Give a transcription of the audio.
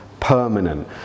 permanent